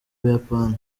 buyapani